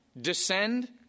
descend